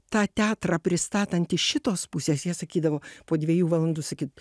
tą teatrą pristatant iš šitos pusės jie sakydavo po dviejų valandų sakyd